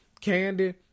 Candy